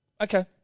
Okay